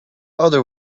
other